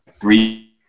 three